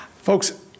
folks